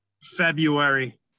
February